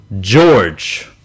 George